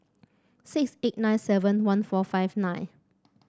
six eight nine seven one four five nine